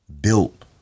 built